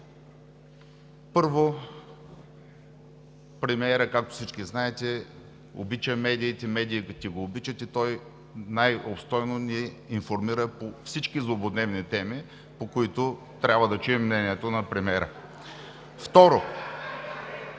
Първо, премиерът, както всички знаете, обича медиите, медиите го обичат и той най-обстойно ни информира по всички злободневни теми, по които трябва да чуем мнението му. (Смях.)